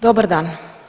Dobar dan.